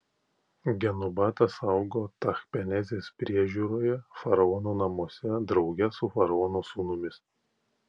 genubatas augo tachpenesės priežiūroje faraono namuose drauge su faraono sūnumis